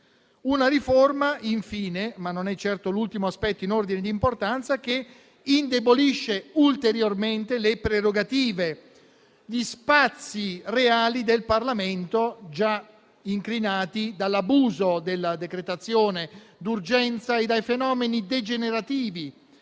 una riforma, infine - ma non è certo l'ultimo aspetto in ordine di importanza - che indebolisce ulteriormente le prerogative e gli spazi reali del Parlamento, già incrinati dall'abuso della decretazione d'urgenza e dai fenomeni degenerativi